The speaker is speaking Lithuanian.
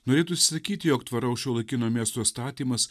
norėtųsi sakyt jog tvaraus šiuolaikinio miesto statymas